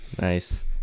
nice